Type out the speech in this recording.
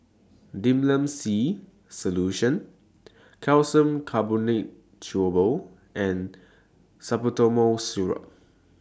Difflam C Solution Calcium Carbonate Chewable and Salbutamol Syrup